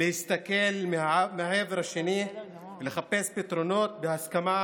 להסתכל מהעבר השני, ולחפש פתרונות בהסכמה